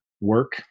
work